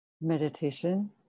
meditation